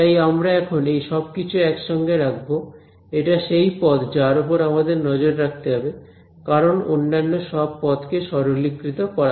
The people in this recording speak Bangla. তাই আমরা এখন এই সবকিছু একসঙ্গে রাখব এটা সেই পদ যার ওপর আমাদের নজর রাখতে হবে কারণ অন্যান্য সব পদকে সরলীকৃত করা হয়েছে